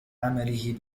عمله